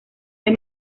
hay